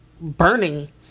burning